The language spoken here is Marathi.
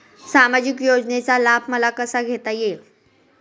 सामाजिक योजनेचा लाभ मला कसा घेता येईल?